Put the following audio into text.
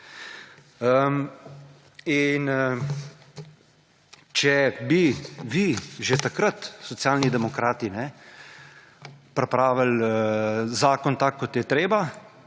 če bi že takrat Socialni demokrati pripravili tak zakon, kot je treba,